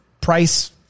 price